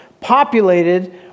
populated